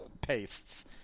pastes